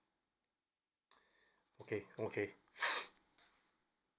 okay okay